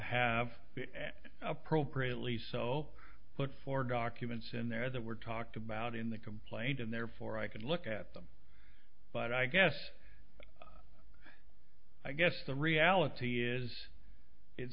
have appropriately so look for documents in there that were talked about in the complaint and therefore i could look at them but i guess i guess the reality is it